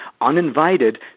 uninvited